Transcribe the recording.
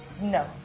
No